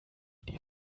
die